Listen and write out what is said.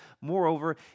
Moreover